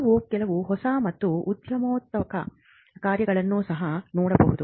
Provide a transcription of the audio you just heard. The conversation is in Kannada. ನಾವು ಕೆಲವು ಹೊಸ ಮತ್ತು ಉದಯೋನ್ಮುಖ ಕಾರ್ಯಗಳನ್ನು ಸಹ ನೋಡಬಹುದು